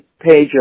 page